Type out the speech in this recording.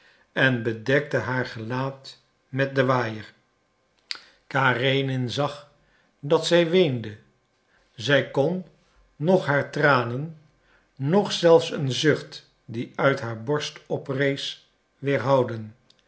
en bedekte het gelaat met den waaier karenin zag dat zij weende zij kon noch haar tranen noch zelfs een zucht die uit haar borst oprees weerhouden